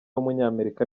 w’umunyamerika